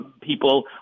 people